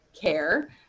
care